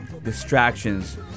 Distractions